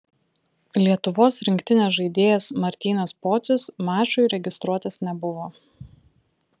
lietuvos rinktinės žaidėjas martynas pocius mačui registruotas nebuvo